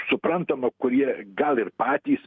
suprantama kurie gal ir patys